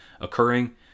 occurring